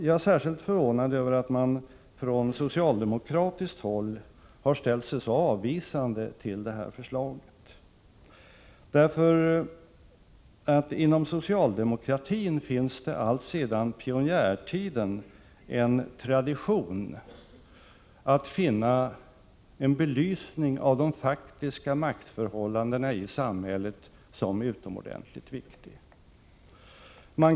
Jag är särskilt förvånad över att man från socialdemokratiskt håll har ställt sig så avvisande till det här förslaget. Inom socialdemokratin finns det nämligen alltsedan pionjärtiden en tradition att betrakta en belysning av de faktiska maktförhållandena i samhället som utomordentligt viktig.